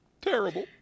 Terrible